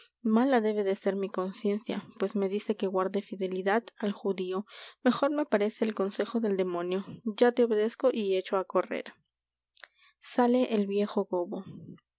mala debe de ser mi conciencia pues me dice que guarde fidelidad al judío mejor me parece el consejo del demonio ya te obedezco y echo á correr sale el viejo gobbo